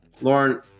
Lauren